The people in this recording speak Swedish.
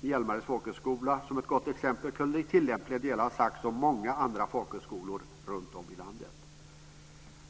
Hjälmareds folkhögskola som ett gott exempel kunde i tillämpliga delar ha sagts om många andra folkhögskolor runtom i landet.